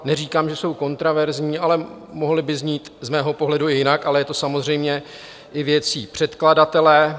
Neříkám, že jsou kontroverzní, ale mohly by znít z mého pohledu i jinak, ale je to samozřejmě i věcí předkladatele.